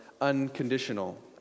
unconditional